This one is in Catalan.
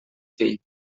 fill